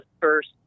first